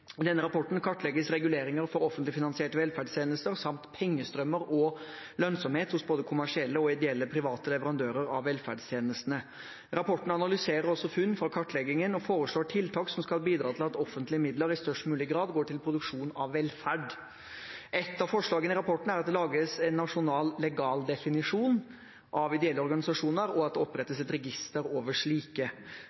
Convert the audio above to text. denne rapporten kartlegges reguleringer for offentlig finansierte velferdstjenester samt pengestrømmer og lønnsomhet hos både kommersielle og ideelle private leverandører av velferdstjenestene. Rapporten analyserer også funn fra kartleggingen og foreslår tiltak som skal bidra til at offentlige midler i størst mulig grad går til produksjon av velferd. Ett av forslagene i rapporten er at det lages en nasjonal legaldefinisjon av ideelle organisasjoner, og at det